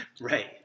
right